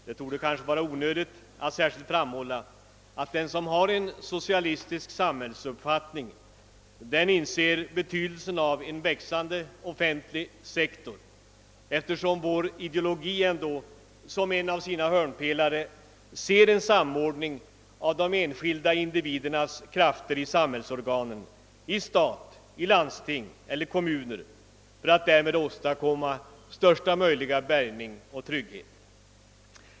Det torde vara onödigt att särskilt framhålla att den som har en socialistisk samhällsuppfattning inser betydelsen av en växande offentlig sektor, eftersom vår ideologi ändå som en av sina hörnpelare ser en samordning av de enskilda individernas krafter i samhällsorganen — i stat, landsting eller kommuner — för att därmed åstadkomma bästa möjliga bärgning och trygghet.